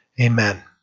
amen